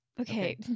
okay